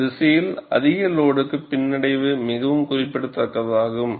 ஒரு திசையில் அதிக லோடுக்கு பின்னடைவு மிகவும் குறிப்பிடத்தக்கதாகும்